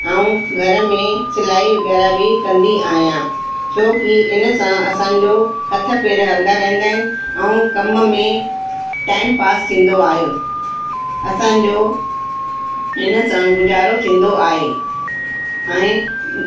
ऐं घर में सिलाई वग़ैरह बि कंदी आहियां छो कि हिन सां असांजो हथ पेर हलंदा रहंदा आहिनि ऐं कम में टाइम पास थींदो आहे असांजो हिन सां गुज़ारो थींदो आहे ऐं